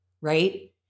right